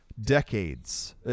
decades